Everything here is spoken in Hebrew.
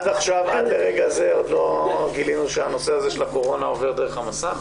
אנחנו לומדים את הנושא לעומק.